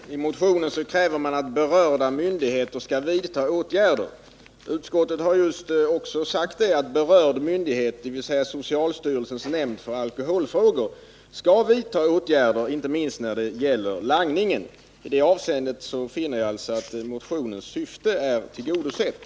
Herr talman! I motionen kräver man att berörda myndigheter skall vidta åtgärder. Utskottet har också sagt att berörd myndighet, dvs. socialstyrelsens nämnd för alkoholfrågor, skall vidta åtgärder, inte minst när det gäller langningen. I det avseendet finner jag alltså att motionens syfte är tillgodosett.